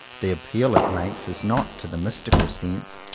the appeal it makes is not to the mystical sense,